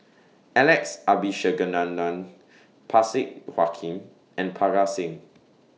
Alex Abisheganaden Parsick Joaquim and Parga Singh